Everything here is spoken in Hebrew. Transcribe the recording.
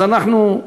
אז אנחנו,